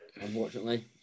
Unfortunately